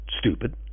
stupid